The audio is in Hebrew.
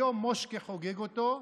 היום מושק'ה חוגג אותו,